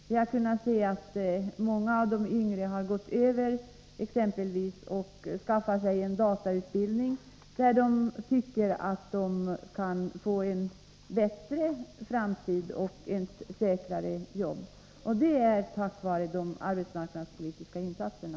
Vi har kunnat se att många av de yngre har börjat skaffa sig en datautbildning, eftersom de tycker att de med en sådan kan få en bättre framtid och ett säkrare jobb. Detta sker tack vare de arbetsmarknadspolitiska insatserna.